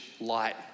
light